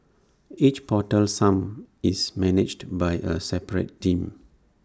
each portal sump is managed by A separate team